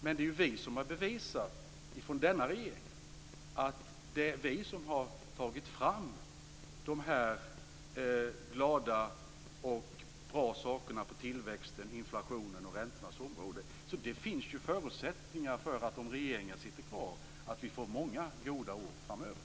Men det är ju vi, från denna regering, som har tagit fram de här glada och bra sakerna på tillväxtens, inflationens och räntornas område. Om regeringen sitter kvar finns det förutsättningar för att vi får många goda år framöver.